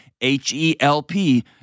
H-E-L-P